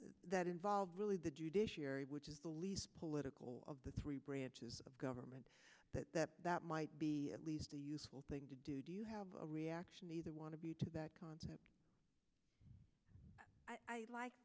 that involve really the judiciary which is the least political of the three branches of government that that that might be at least a useful thing to do do you have a reaction either one of you to that concept like